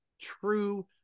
True